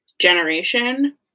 generation